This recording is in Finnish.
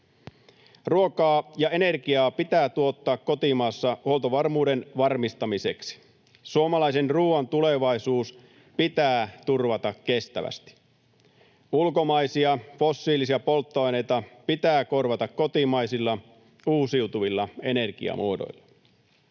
Ruokaa ja energiaa pitää tuottaa kotimaassa huoltovarmuuden varmistamiseksi. Suomalaisen ruoan tulevaisuus pitää turvata kestävästi. Ulkomaisia, fossiilisia polttoaineita pitää korvata kotimaisilla, uusiutuvilla energiamuodoilla.